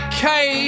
Okay